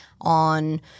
on